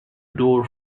door